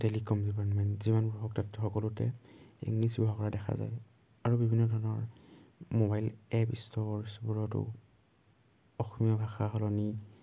telecom department যিমানবোৰ হওক তাত সকলোতে ইংলিছ ব্যৱহাৰ কৰা দেখা যায় আৰু বিভিন্ন ধৰণৰ মোবাইল এপ ষ্ট'ৰ্ছবোৰতো অসমীয়া ভাষাৰ সলনি